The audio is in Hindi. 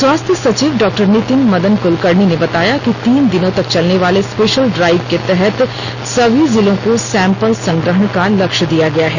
स्वास्थ्य सचिव डा नितिन मदन क्लकर्णी ने बताया कि तीन दिनों तक चलने वाले स्पेशल ड्राइव के तहत सभी जिलों को सैम्पल संग्रहण का लक्ष्य दिया गया है